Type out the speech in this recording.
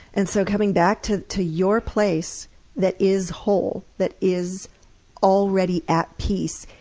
and so coming back to to your place that is whole, that is already at peace,